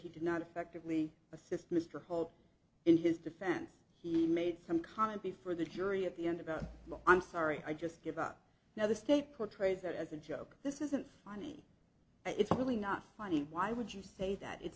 he did not effectively assist mr holt in his defense he made some comment before the jury at the end about the i'm sorry i just give up now the state court trades that as a joke this isn't funny it's really not funny why would you say that